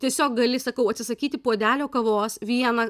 tiesiog gali sakau atsisakyti puodelio kavos vieną